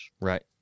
Right